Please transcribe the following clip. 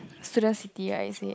student city right is it